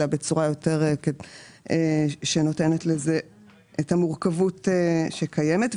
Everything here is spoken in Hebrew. אלא בצורה יותר שנותנת לזה את המורכבות שקיימת.